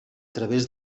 través